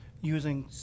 using